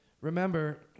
remember